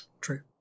True